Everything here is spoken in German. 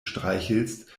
streichelst